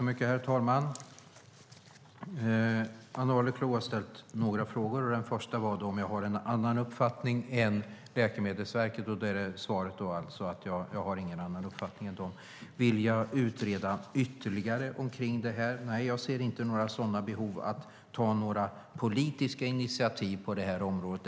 Herr talman! Ann Arleklo ställde några frågor. Den första var om jag har en annan uppfattning än Läkemedelsverket. Svaret är alltså att jag inte har någon annan uppfattning. Vill jag ytterligare utreda detta? Nej, jag ser inte några behov av att ta politiska initiativ på det här området.